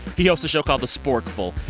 he hosts a show called the sporkful.